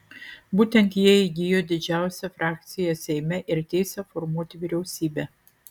būtent jie įgijo didžiausią frakciją seime ir teisę formuoti vyriausybę